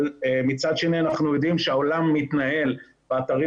אבל מצד שני אנחנו יודעים שהעולם מתנהל באתרים